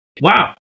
wow